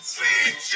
Sweet